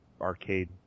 arcade